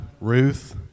Ruth